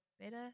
better